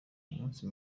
umunsi